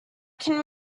can